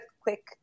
quick